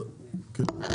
כן.